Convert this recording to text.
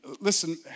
Listen